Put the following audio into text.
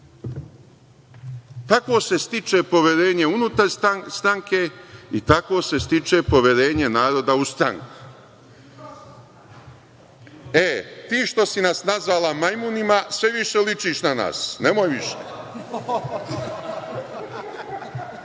Tako se stiče poverenje unutar stranke i tako se stiče poverenje naroda u stranku.E, ti što si nas nazvala majmunima sve više ličiš na nas, nemoj